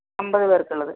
അമ്പത് പേർക്ക് ഉള്ളത്